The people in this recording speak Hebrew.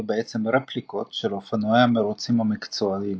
בעצם רפליקות של אופנועי המרוצים המקצועניים.